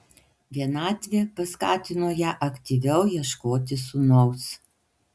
vienatvė paskatino ją aktyviau ieškoti sūnaus